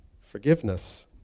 forgiveness